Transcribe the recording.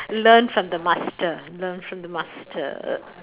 learn from the master learn from the master